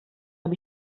hab